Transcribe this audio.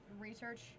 research